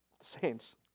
Saints